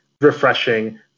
refreshing